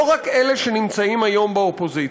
לא רק אלה שנמצאים היום באופוזיציה.